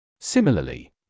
Similarly